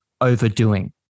overdoing